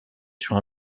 sur